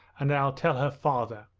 and i'll tell her father!